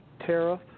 tariff